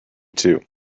too